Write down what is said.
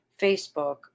Facebook